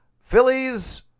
Phillies